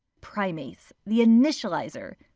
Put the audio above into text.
primase the initializer.